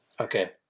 Okay